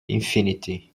infinity